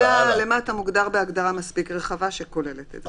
עבודה בהגדרה רחבה שכוללת את זה.